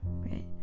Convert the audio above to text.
right